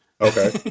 Okay